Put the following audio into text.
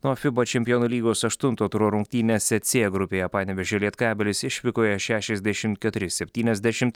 na o fiba čempionų lygos aštunto turo rungtynėse cė grupėje panevėžio lietkabelis išvykoje šešiasdešim keturi septyniasdešimt